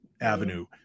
avenue